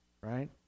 right